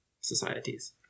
societies